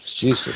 Jesus